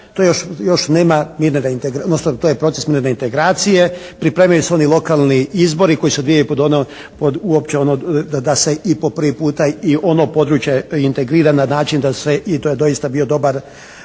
to je proces mirne reintegracije. Pripremljeni su oni lokalni izbori koji su …/Govornik se ne razumije./… da se i po prvi puta i ono područje integrira na način da se i to je doista bio dobar